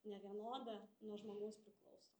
nevienoda nuo žmogaus priklauso